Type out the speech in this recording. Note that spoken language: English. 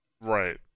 Right